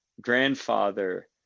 grandfather